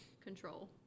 control